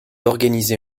organisée